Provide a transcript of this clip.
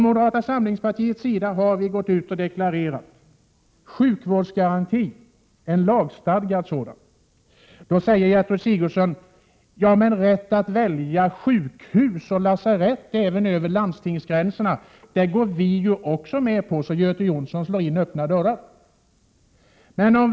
Moderata samlingspartiet har deklarerat att man vill ha en lagstadgad sjukvårdsgaranti. På det svarar Gertrud Sigurdsen att också socialdemokraterna går med på att människor skall ha rätt att välja sjukhus och lasarett även över länsgränserna. Göte Jonsson slår in öppna dörrar, menar hon.